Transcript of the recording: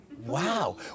Wow